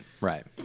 Right